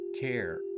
care